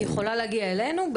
היא יכולה להגיע אלינו.